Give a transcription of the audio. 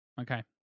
Okay